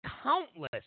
countless